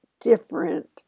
different